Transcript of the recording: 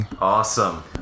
Awesome